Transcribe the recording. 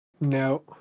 No